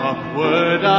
Upward